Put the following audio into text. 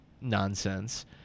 nonsense